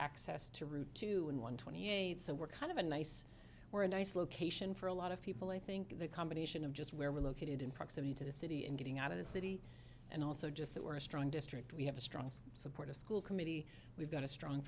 access to route two and one twenty eight so we're kind of a nice or a nice location for a lot of people i think the combination of just where we're located in proximity to the city and getting out of the city and also just that we're a strong district we have a strong support a school committee we've got a strong